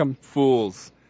fools